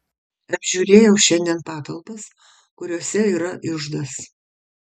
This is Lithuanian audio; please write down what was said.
apžiūrėjau šiandien patalpas kuriose yra iždas